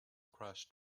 crushed